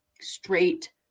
straight